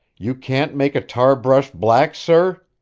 you can't make a tar brush black, sir?